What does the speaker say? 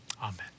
Amen